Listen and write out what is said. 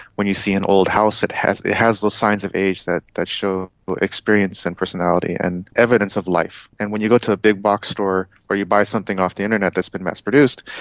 when you see an old house it has it has those signs of age that that show experience and personality and evidence of life. and when you go to a big-box store or you buy something off the internet that has been mass produced,